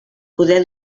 poder